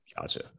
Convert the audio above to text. Gotcha